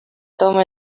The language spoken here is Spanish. toma